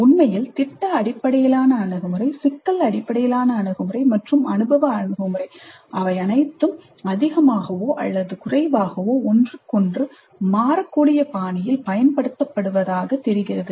உண்மையில் திட்ட அடிப்படையிலான அணுகுமுறை சிக்கல் அடிப்படையிலான அணுகுமுறை மற்றும் அனுபவ அணுகுமுறை அவை அனைத்தும் அதிகமாகவோ அல்லது குறைவாகவோ ஒன்றுக்கொன்று மாறக்கூடிய பாணியில் பயன்படுத்தப்படுவதாகத் தெரிகிறது